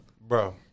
Bro